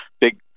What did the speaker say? big